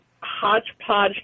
hodgepodge